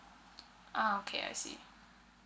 ah okay I see